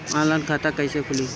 Online खाता कईसे खुलि?